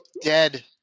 Dead